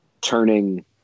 turning